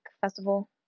Festival